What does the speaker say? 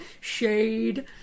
shade